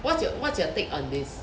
what's your what's your take on this